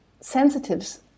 sensitives